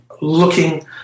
looking